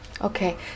okay